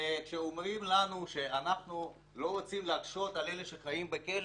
וכשאומרים לנו שאנחנו לא רוצים להקשות על אלה שחיים בכלא